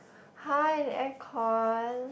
!huh! in aircon